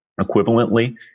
equivalently